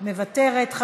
מוותרת.